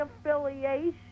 affiliation